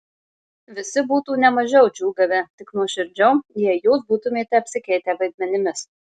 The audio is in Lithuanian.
visi būtų ne mažiau džiūgavę tik nuoširdžiau jei jūs būtumėte apsikeitę vaidmenimis